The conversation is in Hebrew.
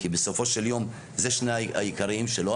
כי בסופו של יום זה שני היקרים שלו,